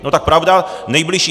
No tak pravda, nejbližší...